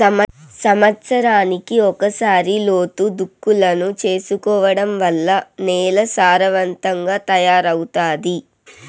సమత్సరానికి ఒకసారి లోతు దుక్కులను చేసుకోవడం వల్ల నేల సారవంతంగా తయారవుతాది